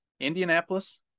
Indianapolis